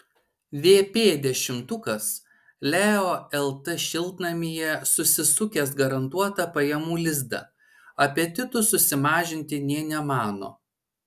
vp dešimtukas leo lt šiltnamyje susisukęs garantuotą pajamų lizdą apetitų susimažinti nė nemano